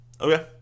Okay